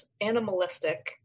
animalistic